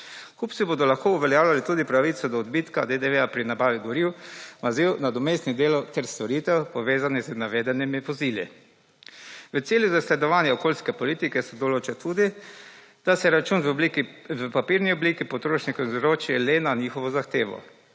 Kupci bodo lahko uveljavljali tudi pravico do odbitka DDV pri nabavi goriv, maziv, nadomestnih delov ter storitev povezanih z navedenimi vozili. V cilju zasledovanja okolijske politike se določa tudi, da se račun v papirni obliki potrošnika izroči le na njihovo zahtev.